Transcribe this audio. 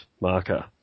marker